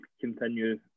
continue